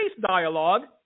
dialogue